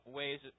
ways